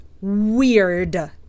weird